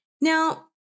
Now